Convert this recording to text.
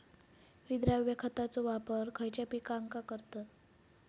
विद्राव्य खताचो वापर खयच्या पिकांका करतत?